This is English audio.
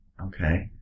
Okay